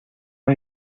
hay